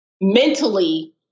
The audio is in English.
mentally